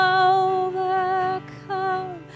overcome